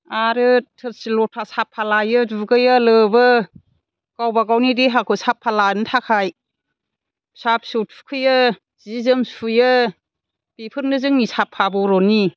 आरो थोरसि लथा साफा लाखियो दुगैयो लोबो गावबा गावनि देहाखौ साफा लानो थाखाय फिसा फिसौ थुखैयो सि जोम सुयो बेफोरनो जोंनि साफा बर'नि